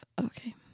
Okay